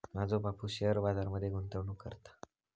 माझो बापूस शेअर बाजार मध्ये गुंतवणूक करता